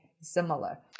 similar